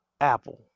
Apple